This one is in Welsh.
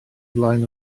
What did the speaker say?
flaen